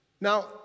Now